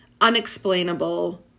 unexplainable